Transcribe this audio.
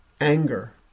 anger